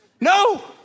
No